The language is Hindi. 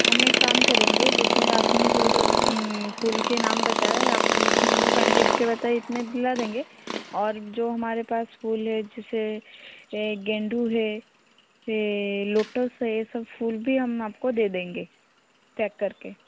हम एक काम करेंगे जितने आपने जो जो फूल के नाम बताए आपने जितने जितने क्वांटिटी के बताए इतने दिला देंगे और जो हमारे पास फूल है जैसे गेंदा है लोटस है यह सब फूल भी हम आपको दे देंगे पैक करके